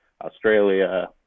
Australia